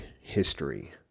history